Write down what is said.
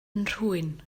nhrwyn